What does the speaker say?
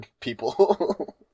people